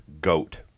Goat